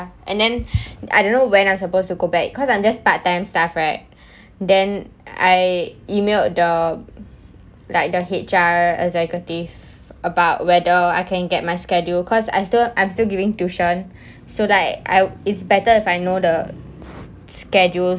and then I don't know when I'm supposed to go back because I'm just part time staff right then I emailed the like the H_R executives about whether I can get my schedule because I still I'm still giving tuition so like I it's better if I know the schedules